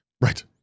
Right